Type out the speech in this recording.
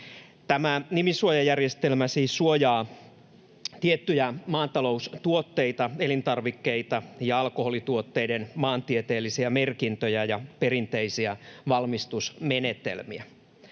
nimisuojajärjestelmä siis suojaa tiettyjä maataloustuotteita, elintarvikkeita ja alkoholituotteiden maantieteellisiä merkintöjä ja perinteisiä valmistusmenetelmiä.